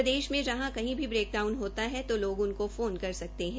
प्रदेश में जहां कहीं भी ब्रेकडाउन होता है तो लोग उनको फोन कर सकते है